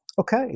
Okay